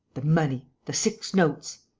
the money! the six notes!